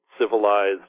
civilized